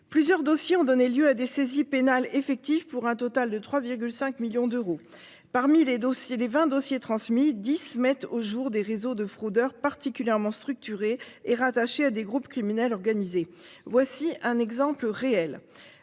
plusieurs dossiers ont donné lieu à des saisies pénales effectives pour un total de 3, 5 millions d'euros. Parmi les dossiers, les 20 dossiers transmis 10 mettent au jour des réseaux de fraudeurs particulièrement structuré et rattaché à des groupes criminels organisés. Voici un exemple réel